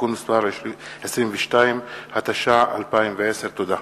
(תיקון מס' 22), התש"ע 2010. תודה.